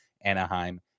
Anaheim